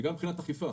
וגם מבחינת אכיפה,